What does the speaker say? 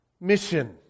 mission